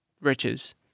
riches